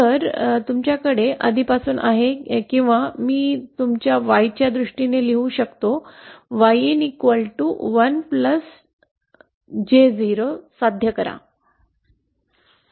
तर तुमच्याकडे आधीपासून आहे किंवा मी तुमच्या Y च्या दृष्टीने लिहू शकतो yin1 j0 साध्य करा